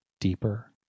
deeper